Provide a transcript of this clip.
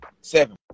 Seven